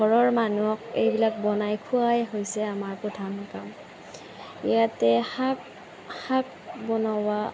ঘৰৰ মানুহক এইবিলাক বনাই খোৱাই হৈছে আমাৰ প্ৰধান কাম ইয়াতে শাক শাক বনোৱা